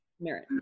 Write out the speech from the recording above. merit